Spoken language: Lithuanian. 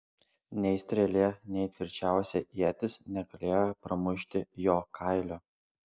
nei strėlė nei tvirčiausia ietis negalėjo pramušti jo kailio